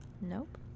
nope